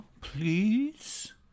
Please